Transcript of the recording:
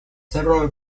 several